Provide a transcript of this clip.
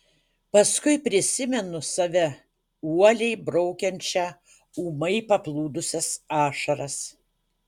paskui prisimenu save uoliai braukiančią ūmai paplūdusias ašaras